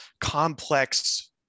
complex